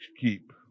keep